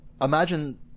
imagine